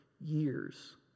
years